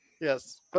Yes